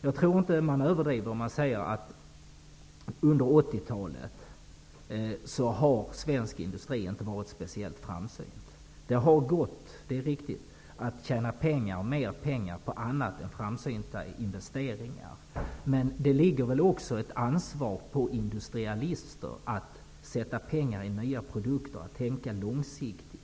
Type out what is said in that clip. Jag tror inte att man överdriver om man säger att svensk industri inte var speciellt framsynt under 80-talet. Det har gått att tjäna mer pengar på annat än framsynta investeringar. Det ligger ett ansvar på industrialister att satsa pengar på nya produkter och att tänka långsiktigt.